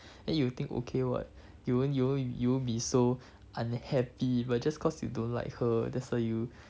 then you think okay [what] you won't you won't you won't be so unhappy but just cause you don't like her that's why you